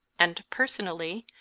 and, personally,